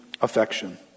affection